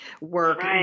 work